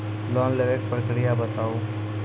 Loan लेवे के प्रक्रिया बताहू?